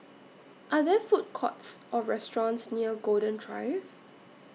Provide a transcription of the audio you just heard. Are There Food Courts Or restaurants near Golden Drive